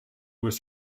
was